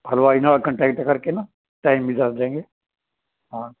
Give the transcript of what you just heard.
ਹਲਵਾਈ ਨਾਲ ਕੰਟੈਕਟ ਕਰਕੇ ਨਾ ਟਾਈਮ ਵੀ ਦੱਸ ਦਿਆਂਗੇ ਹਾਂ